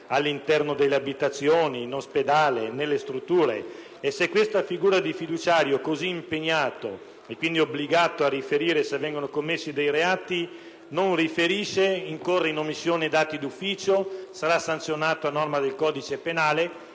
all'interno delle abitazioni, negli ospedali o in altre strutture. E se questa figura di fiduciario così impegnato, quindi obbligato a riferire se vengono commessi reati, non riferisce, può incorrere in omissione d'atti d'ufficio? Sarà sanzionato a norma del codice penale?